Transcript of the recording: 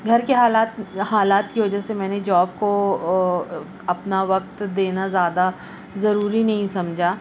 گھر کے حالات حالات کی وجہ سے میں نے جاب کو اپنا وقت دینا زیادہ ضروری نہیں سمجھا